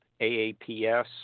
AAPS